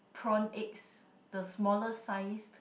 prawn eggs the smaller sized